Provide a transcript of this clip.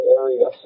area